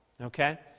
Okay